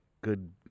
good